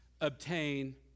obtain